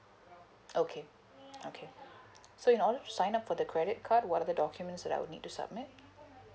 okay okay so in order to sign up for the credit card what are the documents that I would need to submit